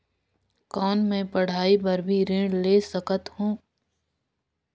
कौन मै पढ़ाई बर भी ऋण ले सकत हो?